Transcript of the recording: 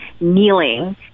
kneeling